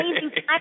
amazing